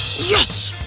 yes!